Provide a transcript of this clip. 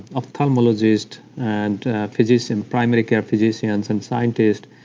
ophthalmologists and physicians, primary care physicians and scientists,